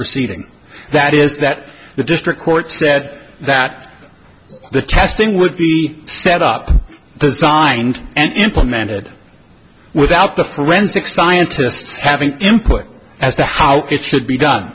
proceeding that is that the district court said that the testing would be set up designed and implemented without the forensic scientists having input as to how it should be done